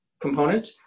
component